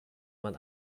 man